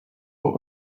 what